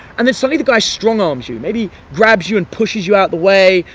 and then suddenly the guy strong arms you, maybe grabs you and pushes you out the way.